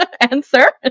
answer